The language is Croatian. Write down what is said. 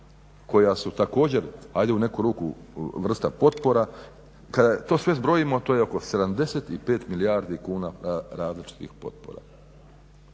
koja su također ajde u neku ruku vrsta potpora, kada to sve zbrojimo, to je oko 75 milijardi kuna različitih potpora.